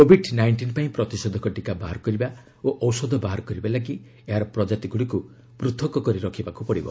Covid nineteen ପାଇଁ ପ୍ରତିଷେଧକ ଟୀକା ବାହାର କରିବା ଓ ଔଷଧ ବାହାର କରିବା ପାଇଁ ଏହାର ପ୍ରଜାତି ଗୁଡ଼ିକୁ ପୃଥକ୍ କରି ରଖିବାକୁ ପଡିବ